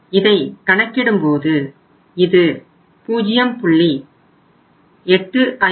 இதை கணக்கிடும்போது இது 0